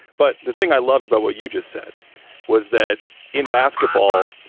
but the thing i loved about what you just said was that in basketball,